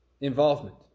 involvement